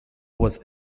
was